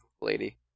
lady